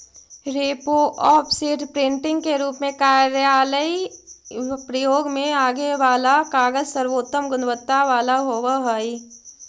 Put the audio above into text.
repro, offset, printing के रूप में कार्यालयीय प्रयोग में आगे वाला कागज सर्वोत्तम गुणवत्ता वाला होवऽ हई